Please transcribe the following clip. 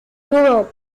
europe